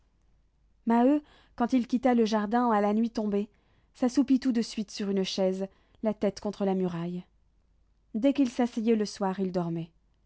maheu quand il quitta le jardin à la nuit tombée s'assoupit tout de suite sur une chaise la tête contre la muraille dès qu'il s'asseyait le soir il dormait